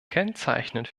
kennzeichnend